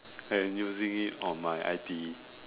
and using it on my I_T_E